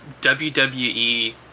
WWE